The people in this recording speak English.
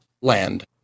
land